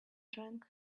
drank